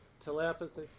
Telepathy